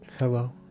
Hello